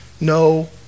no